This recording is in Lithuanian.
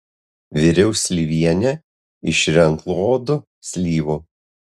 viriau slyvienę iš renklodų slyvų